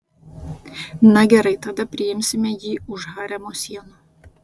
na gerai tada priimsime jį už haremo sienų